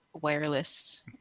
wireless